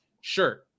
Sure